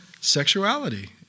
sexuality